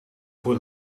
voor